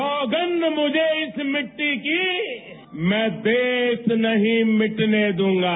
सौगंव मुझे इस मिट्टी की मैं देश नहीं मिटने दूंगा